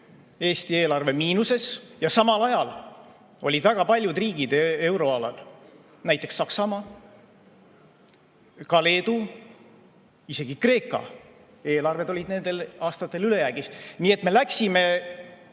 Eesti eelarve miinuses. Ja samal ajal olid väga paljudel riikidel euroalal, näiteks Saksamaal, ka Leedus ja isegi Kreekas eelarved nendel aastatel ülejäägis. Nii et me läksime